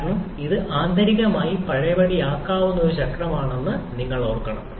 കാരണം ഇത് ആന്തരികമായി പഴയപടിയാക്കാവുന്ന ഒരു ചക്രമാണെന്ന് നിങ്ങൾ ഓർക്കണം